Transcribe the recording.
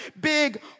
Big